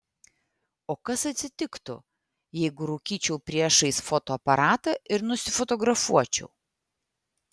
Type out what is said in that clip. o kas atsitiktų jeigu rūkyčiau priešais fotoaparatą ir nusifotografuočiau